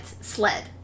sled